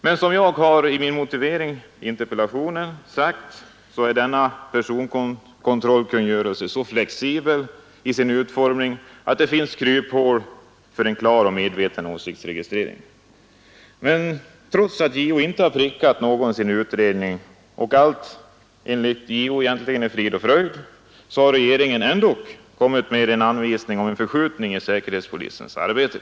Men som jag sagt i motiveringen i min interpellation är denna personalkontrollkungörelse så flexibel i sin utformning att det finns kryphål för en klar och medveten åsiktsregistrering. Men trots att JO inte prickat någon-i sin utredning och allt enligt JO egentligen är frid och fröjd har regeringen ändå gett ut en anvisning om en förskjutning av säkerhetspolisens arbete.